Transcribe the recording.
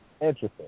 Interesting